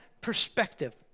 perspective